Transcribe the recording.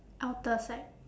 outer side